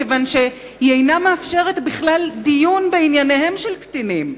כיוון שהיא אינה מאפשרת בכלל דיון בענייניהם של קטינים.